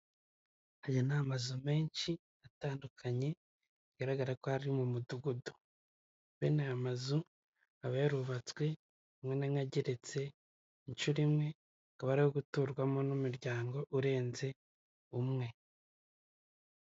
Aya ni amazu menshi atandukanye bigaragara ko ari mu mudugudu, bene aya mazu aba yarubatswe rimwe na rimwe ageretse inshuro imwe akaba ari ayo guturwamo n'umuryango urenze umwe.